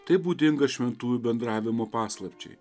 tai būdinga šventųjų bendravimo paslapčiai